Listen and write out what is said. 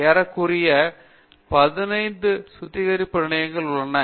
ஏறக்குறைய 15 சுத்திகரிப்பு நிலையங்கள் உள்ளன